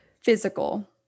Physical